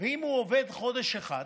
ואם הוא עובד חודש אחד,